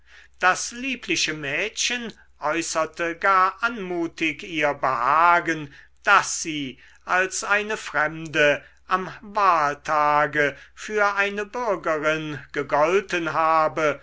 das liebe mädchen äußerte gar anmutig ihr behagen daß sie als eine fremde am wahltage für eine bürgerin gegolten habe